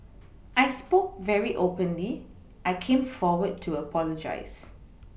I spoke very openly I came forward to apologise